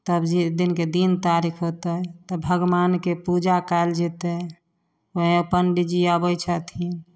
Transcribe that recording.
तब जे दिनके दिन तारिख होतै तब भगवानके पूजा कएल जेतै वएह पण्डीजी अबै छथिन